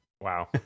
Wow